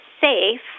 safe